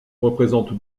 représente